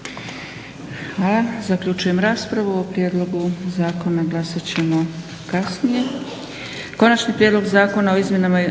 Hvala. Zaključujem raspravu. O prijedlogu zakona glasati ćemo kasnije.